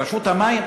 רשות המים?